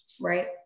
right